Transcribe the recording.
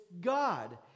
God